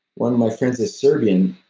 one of my friends is serbian,